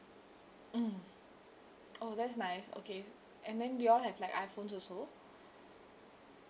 mm oh that's nice okay and then do you all have like iphone also